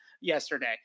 yesterday